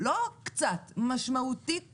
לא קצת אלא משמעותית פחות.